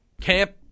camp